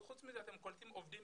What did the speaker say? חוץ מזה שאתם קולטים עובדים